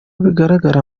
bigaragara